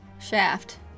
Shaft